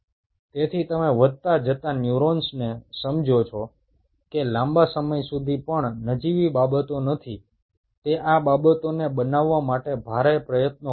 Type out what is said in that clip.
তাহলে তোমরা বুঝতেই পারছো এই দীর্ঘ সময় ধরে নিউরনের বৃদ্ধি ঘটানো খুব একটা সহজ কাজ নয় এরজন্য প্রচুর পরিশ্রমের প্রয়োজন পড়ে